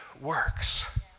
works